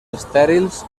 estèrils